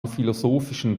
philosophischen